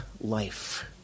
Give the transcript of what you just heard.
life